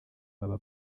baba